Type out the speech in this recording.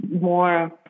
more